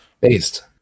Based